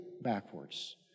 backwards